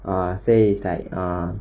err say is like